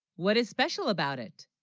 what is special, about it?